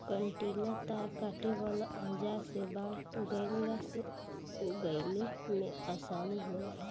कंटीला तार काटे वाला औज़ार से बाड़ लगईले में आसानी होला